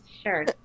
Sure